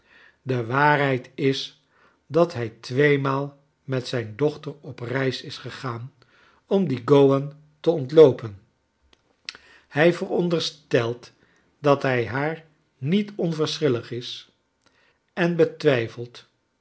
de waarheid is dat hij tweemaal met zijn dochter op reis is gegaan om dien gowan te ontloopen hij veronderstelt dat hij haar niet onverschillig is en betwijfelt